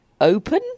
Open